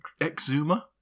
Exuma